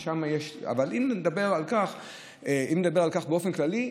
אבל אם נדבר על כך באופן כללי,